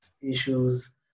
issues